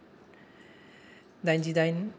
डाइनजि डाइन